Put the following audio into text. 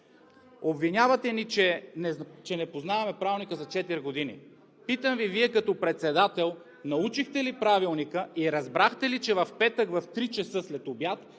Обвинявате ни, че не познаваме Правилника за четири години. Питам Ви, Вие като председател, научихте ли Правилника и разбрахте ли, че в петък, в 15,00 ч. следобед